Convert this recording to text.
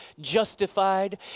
justified